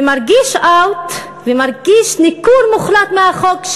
ומרגיש out ומרגיש ניכור מוחלט מהחוק,